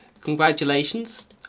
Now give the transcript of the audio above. Congratulations